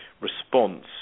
response